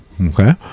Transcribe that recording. Okay